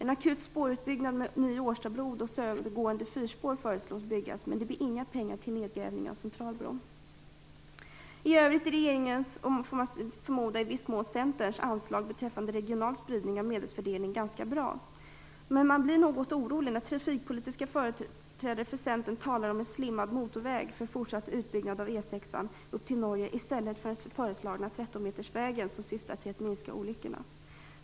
En akut spårutbyggnad med en ny Årstabro och södergående fyrspår föreslås byggas, men det blir inga pengar till en nedgrävning av Centralbron. I övrigt är regeringens - och i viss mån även Centerns, får man förmoda - anslag till regional spridning av medelsfördelning ganska bra. Men man blir något orolig när trafikpolitiska företrädare för Centern talar om en slimmad motorväg för fortsatt utbyggnad av E 6:an upp till Norge i stället för den föreslagna trettonmetersvägen som syftar till att minska olyckorna.